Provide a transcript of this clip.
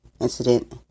incident